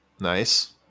Nice